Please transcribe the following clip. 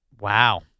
Wow